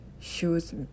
shoes